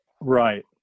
right